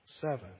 Seven